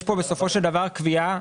יש פה בסופו של דבר קביעה.